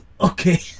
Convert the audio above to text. Okay